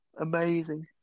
amazing